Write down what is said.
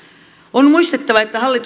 on muistettava että hallitus